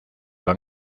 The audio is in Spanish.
van